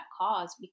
cause